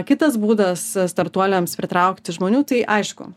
kitas būdas startuoliams pritraukti žmonių tai aišku